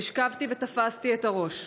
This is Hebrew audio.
נשכבתי ותפסתי את הראש.